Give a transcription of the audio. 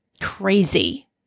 crazy